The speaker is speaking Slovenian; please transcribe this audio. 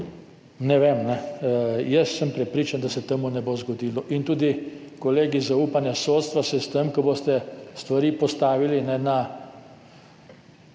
ne vem. Jaz sem prepričan, da se to ne bo zgodilo. In tudi, kolegi, zaupanje v sodstvo se s tem, ko boste stvari postavili v temo,